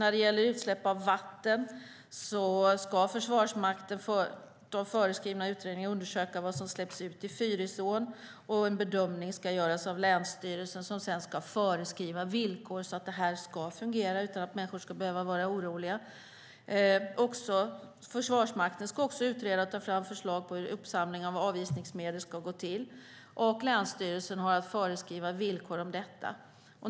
När det gäller utsläpp i vatten föreskrivs att Försvarsmakten ska göra utredningar och undersöka vad som släpps ut i Fyrisån, och en bedömning ska göras av länsstyrelsen, som sedan ska föreskriva villkor så att det fungerar utan att människor ska behöva vara oroliga. Försvarsmakten ska också utreda och ta fram förslag på hur uppsamling av avisningsmedel ska gå till. Länsstyrelsen har att föreskriva villkor om detta.